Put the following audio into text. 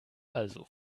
also